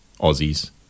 Aussies